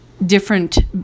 different